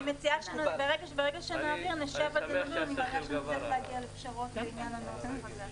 אני מציעה שברגע שנעביר נשב ונגיע לפשרות בעניין הנוסח הזה.